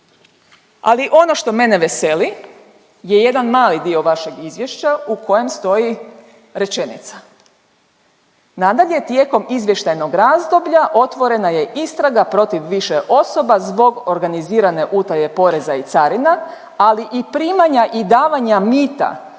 Ali ono što mene veseli je jedan mali dio vašeg izvješća u kojem stoji rečenica. Nadalje, tijekom izvještajnog razdoblja otvorena je istraga protiv više osoba zbog organizirane utaje poreza i carina ali i primanja i davanja mita